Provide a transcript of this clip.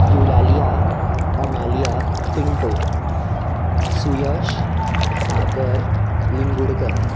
Eulalia Amalia Pinto Suyash Sagar Lingudkar